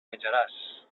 menjaràs